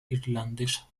irlandesa